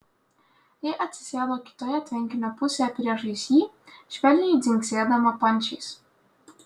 ji atsisėdo kitoje tvenkinio pusėje priešais jį švelniai dzingsėdama pančiais